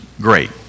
great